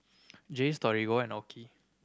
Jays Torigo and OKI